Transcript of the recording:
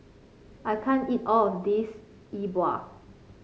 I can't eat all of this Yi Bua